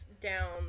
down